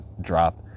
drop